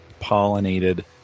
pollinated